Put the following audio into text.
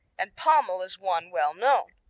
and pommel is one well known.